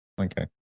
Okay